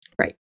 Right